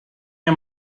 nie